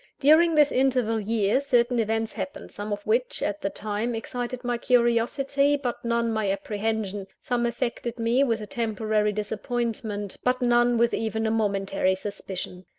during this interval year, certain events happened, some of which, at the time, excited my curiosity, but none my apprehension some affected me with a temporary disappointment, but none with even a momentary suspicion.